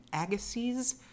Agassiz